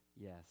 Yes